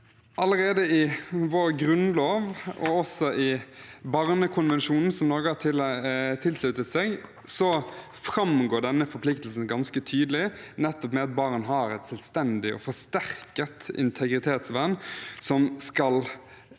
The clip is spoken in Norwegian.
Allerede i vår grunnlov, og også i barnekonvensjonen som Norge har tilsluttet seg, framgår denne forpliktelsen ganske tydelig; barn har et selvstendig og forsterket integritetsvern som skal